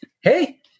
Hey